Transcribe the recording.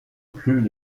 plus